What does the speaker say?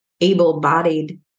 able-bodied